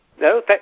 No